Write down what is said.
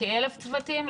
כ-1,000 צוותים?